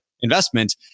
investment